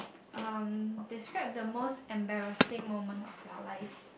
um describe the most embarrassing moment of your life